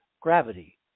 gravity